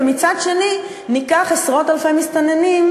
ומצד שני ניקח עשרות אלפי מסתננים,